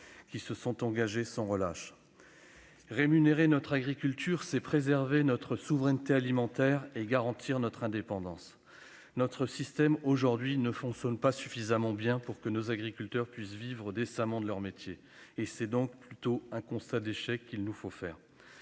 qui se sont engagés sans relâche ? Rémunérer notre agriculture, c'est préserver notre souveraineté alimentaire et garantir notre indépendance. Notre système ne fonctionne pas suffisamment bien aujourd'hui pour que nos agriculteurs puissent vivre décemment de leur métier. Nous dressons donc un constat d'échec. Toutefois,